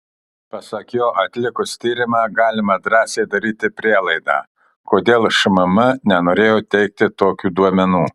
pasak jo atlikus tyrimą galima drąsiai daryti prielaidą kodėl šmm nenorėjo teikti tokių duomenų